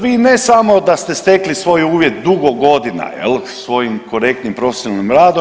Vi ne samo da ste stekli svoj uvjet dugo godina, svojim korektnim profesionalnim radom.